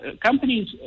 companies